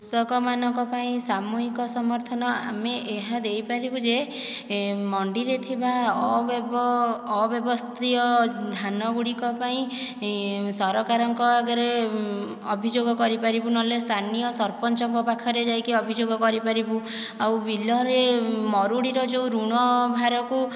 କୃଷକମାନଙ୍କ ପାଇଁ ସାମୁହିକ ସମର୍ଥନ ଆମେ ଏହା ଦେଇପାରିବୁ ଯେ ମଣ୍ଡିରେ ଥିବା ଅବ୍ୟବସ୍ଥୀୟ ଧାନ ଗୁଡ଼ିକ ପାଇଁ ସରକାରଙ୍କ ଆଗରେ ଅଭିଯୋଗ କରିପାରିବୁ ନହେଲେ ସ୍ଥାନୀୟ ସରପଞ୍ଚଙ୍କ ପାଖରେ ଯାଇକି ଅଭିଯୋଗ କରିପାରିବୁ ଆଉ ବିଲରେ ମରୁଡ଼ିର ଯେଉଁ ଋଣ ଭାରକୁ